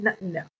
no